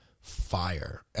fire